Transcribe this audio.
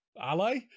ally